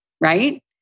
right